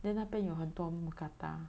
then 那边有很多 mookata